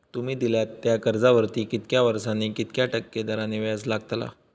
तुमि दिल्यात त्या कर्जावरती कितक्या वर्सानी कितक्या टक्के दराने व्याज लागतला?